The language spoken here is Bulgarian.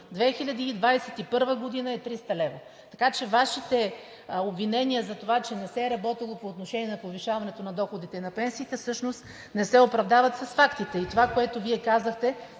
2021 г. е 300 лв. Така че Вашите обвинения за това, че не се е работило по отношение на повишаването на доходите и на пенсиите всъщност не се оправдават с фактите и това, което Вие казахте,